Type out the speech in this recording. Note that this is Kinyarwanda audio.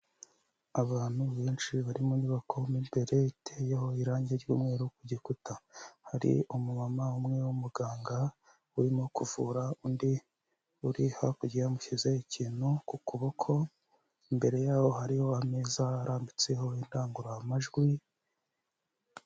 Abantu benshi barimo nyubako mo imbere iteyeho irangi ry'umweru ku gikuta. Hari umumama umwe w'umuganga, urimo kuvura undi. Uri hakurya yamushyize ikintu ku kuboko, imbere yaho hariho ameza arambitseho indangururamajwi.